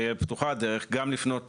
פתוחה הדרך גם לפנות